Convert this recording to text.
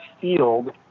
field